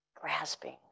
grasping